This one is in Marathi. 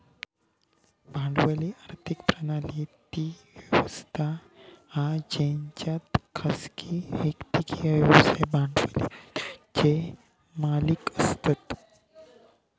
भांडवली आर्थिक प्रणाली ती व्यवस्था हा जेच्यात खासगी व्यक्ती किंवा व्यवसाय भांडवली वस्तुंचे मालिक असतत